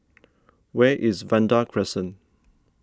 where is Vanda Crescent